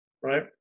right